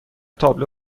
تابلو